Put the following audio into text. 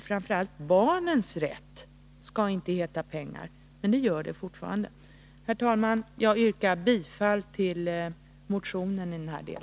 Framför allt barnens rätt skall inte heta pengar. Men så är det fortfarande. Herr talman! Jag yrkar bifall till motionen i denna del.